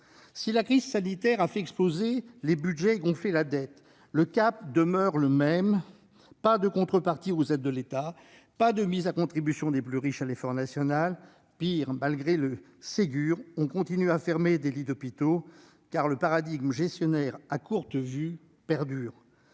Si la crise sanitaire a fait exploser les budgets et gonfler la dette, le cap demeure le même : pas de contreparties aux aides de l'État, pas de mise à contribution des très riches à l'effort national. Pis, malgré le Ségur, on continue de fermer des lits d'hôpital, car le paradigme gestionnaire à courte vue perdure.